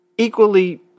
Equally